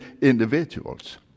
individuals